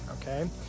Okay